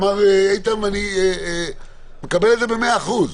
אמר איתן ואני מקבל את זה במאה אחוז.